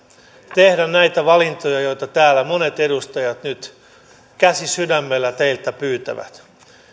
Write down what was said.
tehdä näitä valintoja joita täällä monet edustajat nyt käsi sydämellä teiltä pyytävät